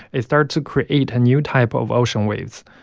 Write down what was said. they start to create a new type of ocean waves,